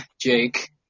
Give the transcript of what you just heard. Jake